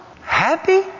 Happy